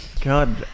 God